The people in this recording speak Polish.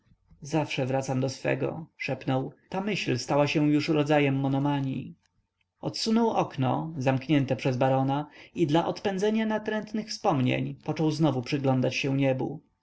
zawsze wracam do swego szepnął ta myśl stała się już rodzajem monomanii odsunął okno zamknięte przez barona i dla odpędzenia natrętnych wspomnień począł znowu przyglądać się niebu